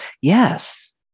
yes